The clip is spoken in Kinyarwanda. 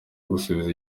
gusubizwa